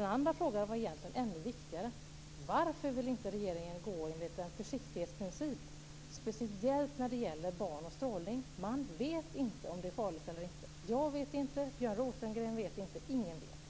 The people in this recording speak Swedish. Den andra frågan var egentligen ännu viktigare. Varför vill inte regeringen handla enligt en försiktighetsprincip, speciellt när det gäller barn och strålning? Man vet inte om det är farligt eller inte. Jag vet det inte och Björn Rosengren vet det inte - ingen vet.